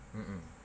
mm mm